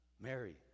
Mary